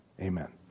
Amen